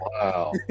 Wow